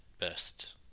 best